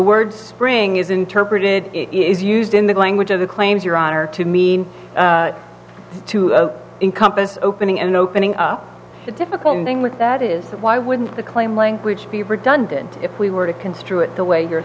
words spring is interpreted is used in the language of the claims your honor to mean to encompass opening and opening up the difficult thing with that is why wouldn't the claim language be redundant if we were to construe it the way you're